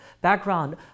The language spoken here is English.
background